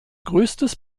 größtes